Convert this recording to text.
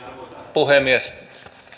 puhemies